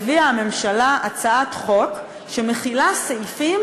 הביאה הממשלה הצעת חוק שמכילה סעיפים